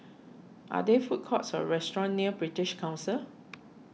are there food courts or restaurants near British Council